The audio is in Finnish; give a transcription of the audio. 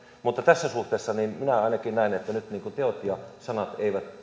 mutta tässä suhteessa minä ainakin näen että nyt teot ja sanat